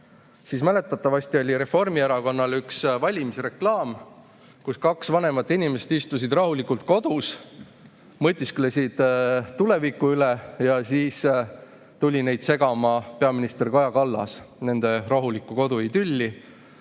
tule. Mäletatavasti oli Reformierakonnal üks valimisreklaam, kus kaks vanemat inimest istusid rahulikult kodus, mõtisklesid tuleviku üle ja siis tuli neid segama peaminister Kaja Kallas, nende rahulikku koduidülli,